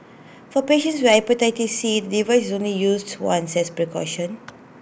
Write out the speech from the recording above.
for patients with Hepatitis C the device is only used to once as precaution